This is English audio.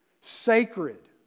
Sacred